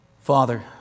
Father